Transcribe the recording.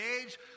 age